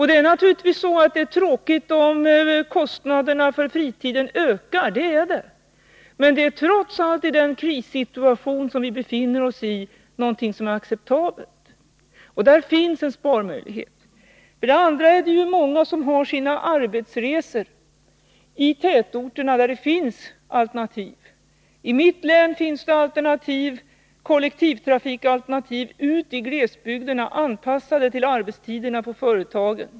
Det är naturligtvis tråkigt om kostnaderna för fritiden ökar, men det är trots allt i den krissituation som vi befinner oss i — acceptabelt. Där finns en sparmöjlighet. För det andra är det många som har sina arbetsresor i tätorterna, där det finns alternativ. I mitt län finns det kollektivtrafiksalternativ ut i glesbygderna, anpassade till arbetstiderna på företaget.